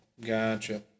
Gotcha